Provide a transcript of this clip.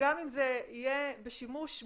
הינה, בסדר?